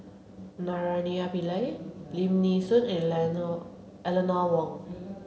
Naraina Pillai Lim Nee Soon and Eleanor Wong